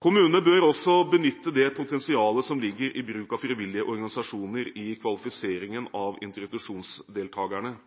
Kommunene bør også benytte det potensialet som ligger i bruk av frivillige organisasjoner i kvalifiseringen av introduksjonsdeltakerne,